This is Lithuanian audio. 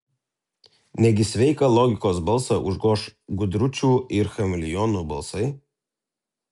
negi sveiką logikos balsą užgoš gudručių ir chameleonų balsai